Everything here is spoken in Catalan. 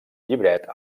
llibret